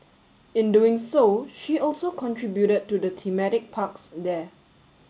in doing so she also contributed to the thematic parks there